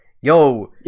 yo